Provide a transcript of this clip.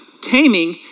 Taming